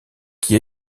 qui